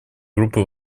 группы